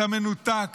אתה מנותק,